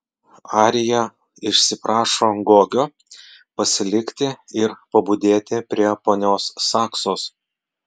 arija išsiprašo gogio pasilikti ir pabudėti prie ponios saksos